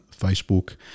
facebook